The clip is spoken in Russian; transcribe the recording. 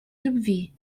любви